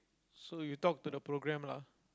so you talk to the program lah